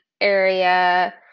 area